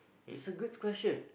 it's a good question